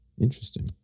Interesting